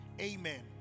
Amen